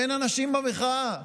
אין אנשים במחאה.